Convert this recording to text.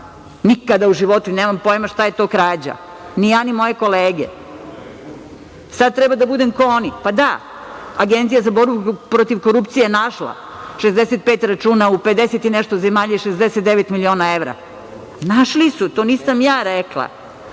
nikada u životu i nemam pojma šta je to krađa. Ni ja, ni moje kolege. Sad treba da budem kao oni. Pa da, Agencija za borbu protiv korupcije je našla 65 računa u 50 i nešto zemalja i 69 miliona evra. Našli su, to nisam ja rekla,